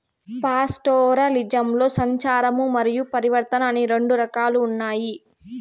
పాస్టోరలిజంలో సంచారము మరియు పరివర్తన అని రెండు రకాలు ఉన్నాయి